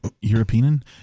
European